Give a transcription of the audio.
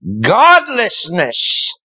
Godlessness